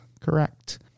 Correct